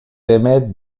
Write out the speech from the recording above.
émettent